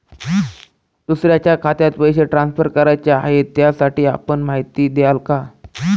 दुसऱ्या खात्यात पैसे ट्रान्सफर करायचे आहेत, त्यासाठी आपण माहिती द्याल का?